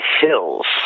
hills